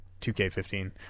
2K15